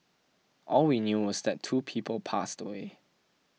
all we knew was that two people passed away